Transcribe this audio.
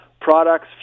products